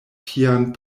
tian